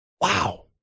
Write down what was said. wow